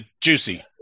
Juicy